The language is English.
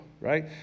right